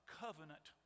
covenant